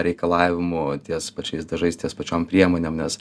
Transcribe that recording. reikalavimų ties pačiais dažais ties pačiom priemonėm nes